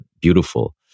beautiful